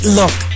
look